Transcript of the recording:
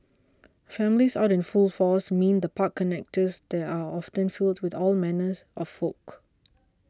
families out in full force mean the park connectors there are often filled with all manners of folk